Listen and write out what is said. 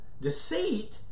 Deceit